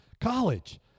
College